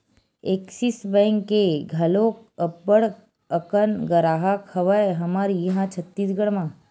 Axis Bank के घलोक अब्बड़ अकन गराहक हवय हमर इहाँ छत्तीसगढ़ म